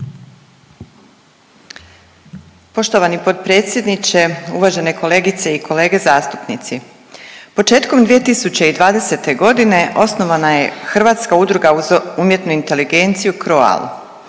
Poštovani potpredsjedniče, uvažene kolegice i kolege zastupnici početkom 2020. godine osnovana je Hrvatska udruga za umjetnu inteligenciju CROAL,